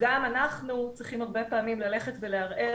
שגם אנחנו צריכים הרבה פעמים ללכת ולערער,